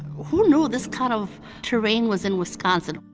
who knew this kind of terrain was in wisconsin?